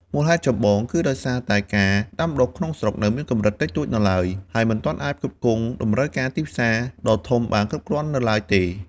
មូលហេតុចម្បងគឺដោយសារតែការដាំដុះក្នុងស្រុកនៅមានកម្រិតតិចតួចនៅឡើយ ហើយមិនទាន់អាចផ្គត់ផ្គង់តម្រូវការទីផ្សារដ៏ធំបានគ្រប់គ្រាន់នៅឡើយទេ។